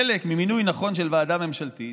חלק ממינוי נכון של ועדה ממשלתית,